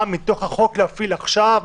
מה מתוך החוק להפעיל עכשיו,